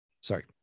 sorry